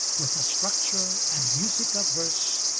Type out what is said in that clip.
with a structure and music of verse,